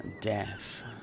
death